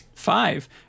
five